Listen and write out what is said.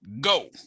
Go